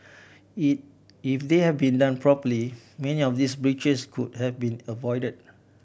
if they had been done properly many of these breaches could have been avoided